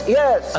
yes